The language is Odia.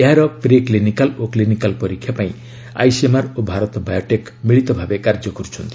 ଏହାର ପ୍ରି କ୍ଲିନିକାଲ ଓ କ୍ଲିନିକାଲ ପରୀକ୍ଷା ପାଇଁ ଆଇସିଏମ୍ଆର୍ ଓ ଭାରତ ବାୟୋଟେକ୍ ମିଳିତ ଭାବେ କାର୍ଯ୍ୟ କରୁଛନ୍ତି